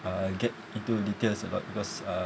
uh get into details about because uh